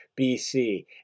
BC